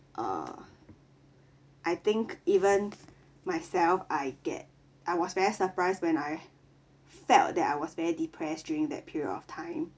uh I think even myself I get I was very surprised when I felt that I was very depressed during that period of time